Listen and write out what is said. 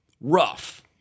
rough